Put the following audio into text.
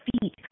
feet